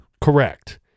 Correct